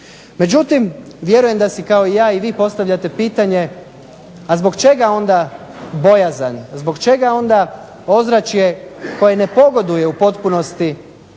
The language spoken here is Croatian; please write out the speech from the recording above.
Međutim, vjerujem da si kao i ja postavljate pitanje a zbog čega onda bojazan? Zbog čega onda ozračje koje ne pogoduje u potpunosti